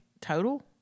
Total